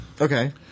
Okay